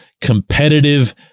competitive